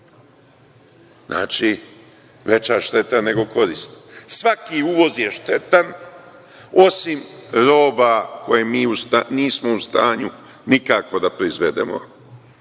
Znači, veća šteta nego korist. Svaki uvoz je štetan, osim roba koje mi nismo u stanju nikako da proizvedemo.